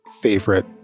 favorite